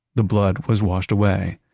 the blood was washed away.